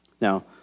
Now